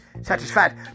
satisfied